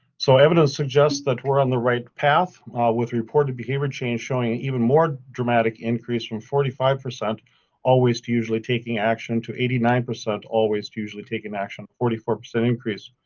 so evidence suggests that we're on the right path with reported behavior change showing even more dramatic increase from forty five percent always to usually taking action to eighty nine percent always to usually taking action, forty four percent increase,